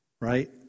right